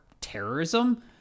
terrorism